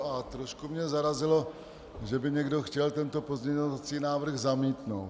A trošku mě zarazilo, že by někdo chtěl tento pozměňovací návrh zamítnout.